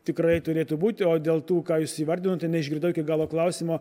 tikrai turėtų būti o dėl tų ką jūs įvardinote neišgirdau iki galo klausimo